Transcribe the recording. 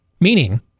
Meaning